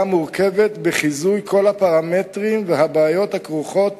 יש בעיה מורכבת בחיזוי כל הפרמטרים והבעיות הכרוכות